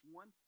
one